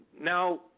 now